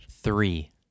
Three